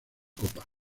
copa